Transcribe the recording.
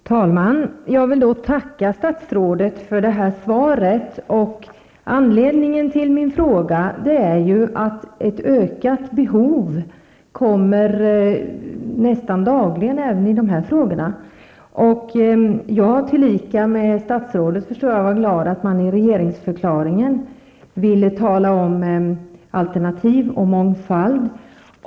Herr talman! Jag vill tacka statsrådet för svaret. Anledningen till min fråga är att ett ökat behov uppstår nästan dagligen även när det gäller dessa frågor. Jag liksom statsrådet var glad att man i regeringsförklaringen talade om alternativ och mångfald.